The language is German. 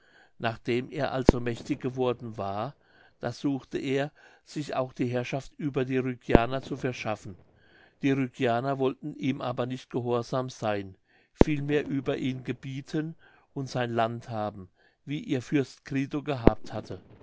nachdem er also mächtig geworden war da suchte er sich auch die herrschaft über die rügianer zu verschaffen die rügianer wollten ihm aber nicht gehorsam sein vielmehr über ihn gebieten und sein land haben wie ihr fürst crito gehabt hatte